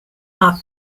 are